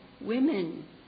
women